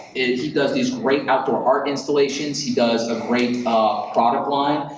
he does these great outdoor art installations, he does a great product line,